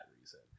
reason